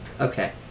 Okay